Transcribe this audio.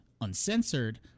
uncensored